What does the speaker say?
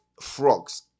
frogs